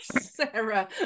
Sarah